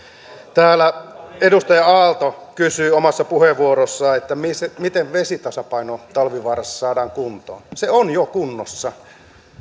täällä edustaja aalto kysyi omassa puheenvuorossaan miten vesitasapaino talvivaarassa saadaan kuntoon se on jo kunnossa